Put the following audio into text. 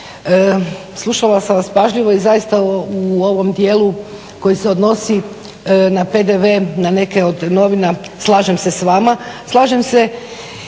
slušala sam vas pažljivo i zaista u ovom dijelu koji se odnosi na PDV na neke od novina slažem se s vama.